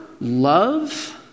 love